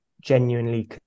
genuinely